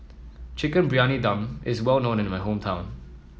Chicken Briyani Dum is well known in my hometown